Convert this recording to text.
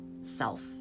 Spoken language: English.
self